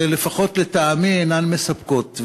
ולפחות לטעמי אינן מספקות.